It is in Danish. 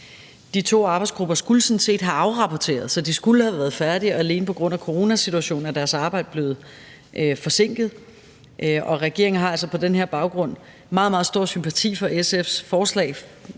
De to arbejdsgrupper skulle sådan set have afrapporteret. Så de skulle have været færdige, og alene på grund af coronasituationen er deres arbejde blevet forsinket. Regeringen har altså på den her baggrund meget, meget stor sympati for SF's forslag.